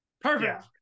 Perfect